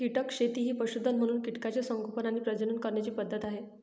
कीटक शेती ही पशुधन म्हणून कीटकांचे संगोपन आणि प्रजनन करण्याची पद्धत आहे